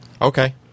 Okay